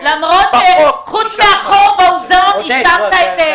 בחוק אישרנו את זה.